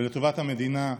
ולטובת המדינה,